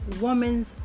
woman's